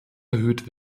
erhöht